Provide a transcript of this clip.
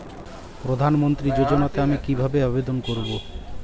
প্রধান মন্ত্রী যোজনাতে আমি কিভাবে আবেদন করবো?